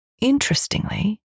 Interestingly